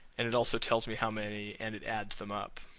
and it also tells me how many, and it adds them up.